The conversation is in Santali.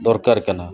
ᱫᱚᱨᱠᱟᱨ ᱠᱟᱱᱟ